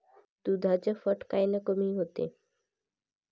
दुधाचं फॅट कायनं कमी होते?